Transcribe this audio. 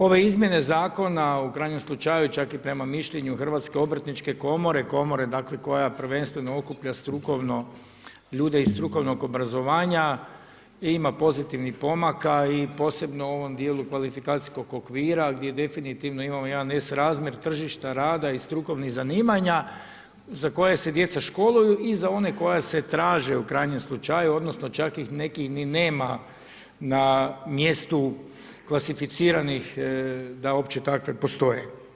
Ove izmjene Zakona, u krajnjem slučaju, čak i prema mišljenju Hrvatske obrtničke komore, komore koja, dakle, prvenstveno okuplja ljude iz strukovnog obrazovanja ima pozitivnih pomaka i posebno u ovom dijelu kvalifikacijskog okvira gdje definitivno imamo jedan nesrazmjer tržišta rada i strukovnih zanimanja za koje se djeca školuju i za one koja se traže, u krajnjem slučaju, odnosno čak ih nekih ni nema na mjestu klasificiranih da uopće takve postoje.